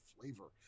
Flavor